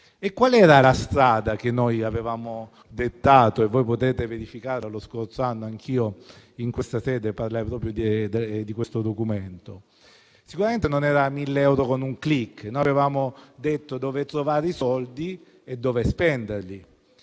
Qual era la strada che noi avevamo dettato - e potete verificarlo - lo scorso anno? Anch'io in questa sede parlai proprio di questo documento. Sicuramente non erano i 1.000 euro con un *click*; noi avevamo detto dove trovare i soldi e dove spenderli.